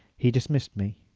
he dismissed me.